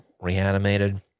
reanimated